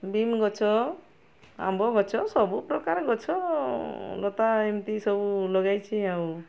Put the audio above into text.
ବିମ ଗଛ ଆମ୍ବ ଗଛ ସବୁପ୍ରକାର ଗଛ ଲତା ଏମିତି ସବୁ ଲଗାଇଛି ଆଉ